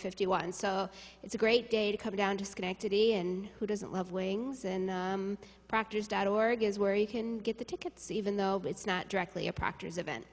fifty one so it's a great day to come down to schenectady and who doesn't love wings and proctors dot org is where you can get the tickets even though it's not directly a proctor's event